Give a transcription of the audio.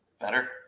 better